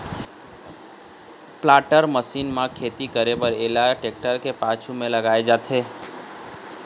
planter machine म खेती करे बर एला टेक्टर के पाछू म लगाए जाथे